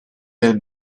del